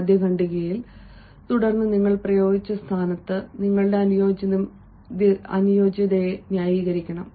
ആദ്യ ഖണ്ഡികയിൽ തുടർന്ന് നിങ്ങൾ പ്രയോഗിച്ച സ്ഥാനത്തിന് നിങ്ങളുടെ അനുയോജ്യതയെ ന്യായീകരിക്കണം